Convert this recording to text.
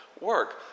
work